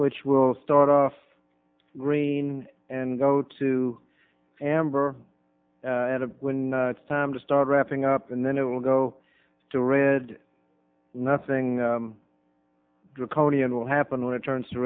which will start off green and go to amber when it's time to start wrapping up and then it will go to red nothing draconian will happen when it turns to